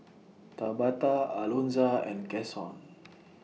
Tabatha Alonza and Cason